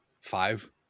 five